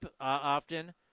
often